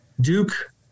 Duke